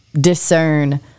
discern